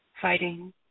fighting